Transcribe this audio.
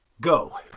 go